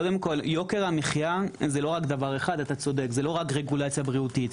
קודם כל יוקר המחיה אתה צודק זה לא רק רגולציה בריאותית.